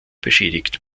beschädigt